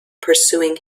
pursuing